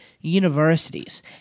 universities